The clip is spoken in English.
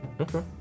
Okay